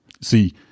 See